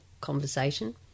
conversation